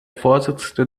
vorsitzende